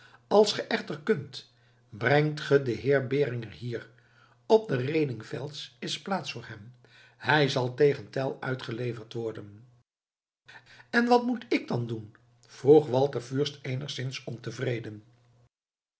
als ge echter kunt brengt ge heer beringer hier op den redingfelz is plaats voor hem hij zal tegen tell uitgeleverd worden en wat moet ik dan doen vroeg walter fürst eenigszins ontevreden